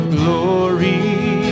glory